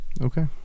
Okay